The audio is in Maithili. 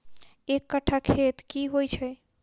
एक कट्ठा खेत की होइ छै?